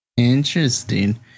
Interesting